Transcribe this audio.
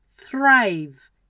thrive